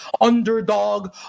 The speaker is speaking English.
underdog